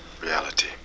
reality